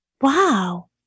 wow